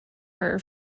her